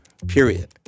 Period